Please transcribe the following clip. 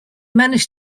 managed